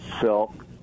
silk